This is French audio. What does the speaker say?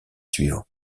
suivants